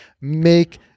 make